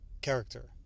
character